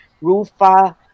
Rufa